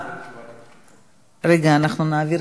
אינו נוכח,